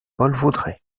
vaudrey